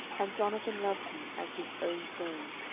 and jonathan loved him as his own soul.